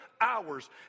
hours